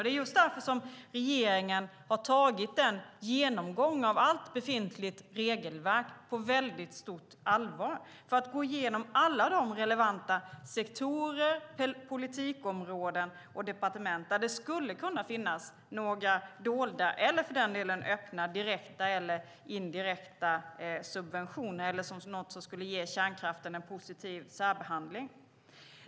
Det är därför regeringen har tagit genomgången av allt befintligt regelverk på stort allvar. Man har gått igenom alla sektorer, politikområden och departement där det skulle kunna finnas några dolda eller öppna direkta eller indirekta subventioner eller något som skulle ge kärnkraften en positiv särbehandling.